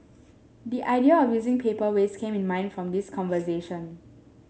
the idea of using paper waste came in my mind from this conversation